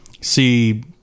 see